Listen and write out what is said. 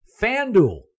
FanDuel